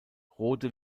rhode